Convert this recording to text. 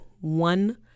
one